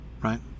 right